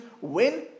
win